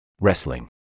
Wrestling